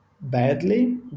badly